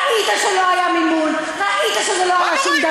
אל תפריח דברים סתם.